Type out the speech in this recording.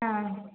ആ